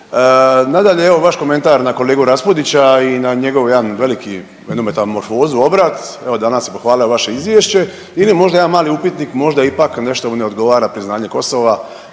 Nadalje, evo vaš komentar na kolegu Raspudića i na njegov jedan veliki jednu metamorfozu, obrat evo danas je pohvalio vaše izvješće ili možda jedan mali upitnik, možda ipak nešto mu ne odgovara priznanje Kosova